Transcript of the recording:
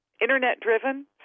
Internet-driven